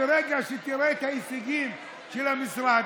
ברגע שתראה את ההישגים של המשרד,